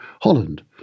Holland